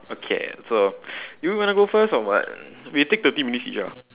okay so do you want to go first or what we take thirty minutes each ah